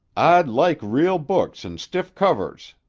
i'd like real books in stiff covers,